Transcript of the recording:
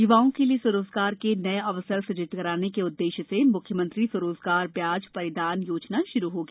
य्वाओं के लिए स्व रोजगार के नए अवसर सृजित कराने के उद्देश्य से म्ख्यमंत्री स्वरोजगार ब्याज परिदान योजना श्रू होगी